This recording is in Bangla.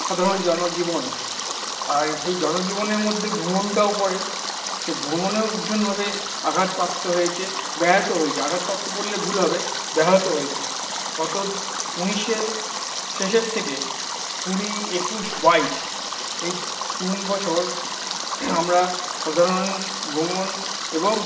সাধারণ জনজীবন আর সেই জনজীবনের মধ্যে ভ্রমণটাও পড়ে সেই ভ্রমণেও ভীষণভাবে আঘাতপ্রাপ্ত হয়েছে ব্যাহত হয়েছে আঘাতপ্রাপ্ত বললে ভুল হবে ব্যাহত হয়েছে গত উনিশে শেষের থেকে কুড়ি একুশ বাইশ এই তিন বছর আমরা সাধারণ ভ্রমণ এবং